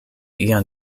ian